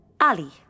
Ali